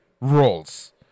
roles